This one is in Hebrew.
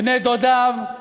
בני-דודיו,